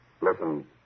Listen